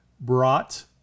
brought